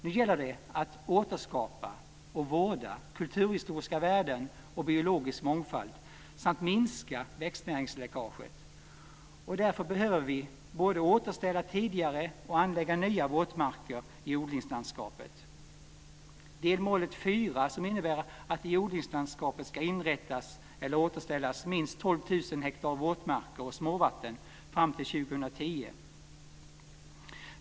Nu gäller det att återskapa och vårda kulturhistoriska värden och biologisk mångfald samt att minska växtnäringsläckaget, och därför behöver vi både återställa tidigare och anlägga nya våtmarker i odlingslandskapet. Delmål 4 innebär att det i odlingslandskapet ska inrättas eller återställas minst 2010.